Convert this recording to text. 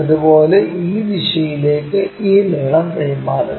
അതുപോലെ ഈ ദിശയിലേക്ക് ഈ നീളം കൈമാറുക